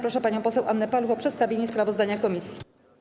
Proszę panią poseł Annę Paluch o przedstawianie sprawozdania komisji.